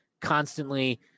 constantly